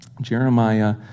Jeremiah